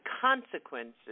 consequences